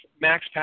Max